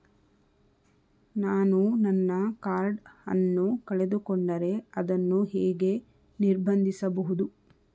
ನಾನು ನನ್ನ ಕಾರ್ಡ್ ಅನ್ನು ಕಳೆದುಕೊಂಡರೆ ಅದನ್ನು ಹೇಗೆ ನಿರ್ಬಂಧಿಸಬಹುದು?